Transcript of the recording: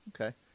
Okay